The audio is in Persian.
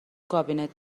کابینت